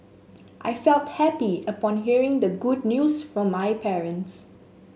I felt happy upon hearing the good news from my parents